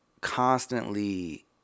constantly